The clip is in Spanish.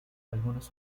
algunas